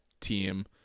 team